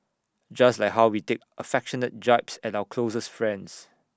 just like how we take affectionate jibes at our closest friends